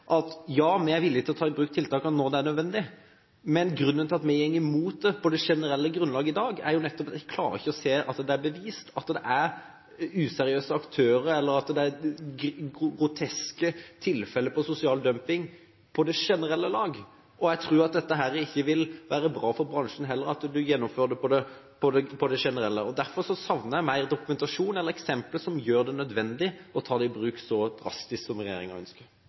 at ja, vi er villige til å ta i bruk tiltakene når det er nødvendig, men grunnen til at vi går imot det på et generelt grunnlag i dag, er nettopp at vi ikke klarer å se at det er bevist at det er useriøse aktører, groteske tilfeller, på sosial dumping på generelt grunnlag. Jeg tror heller ikke at det vil være bra for bransjen at en gjennomfører generelt. Derfor savner jeg mer dokumentasjon eller eksempler som gjør det nødvendig å ta det i bruk så drastisk som regjeringen ønsker.